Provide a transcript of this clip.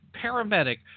paramedic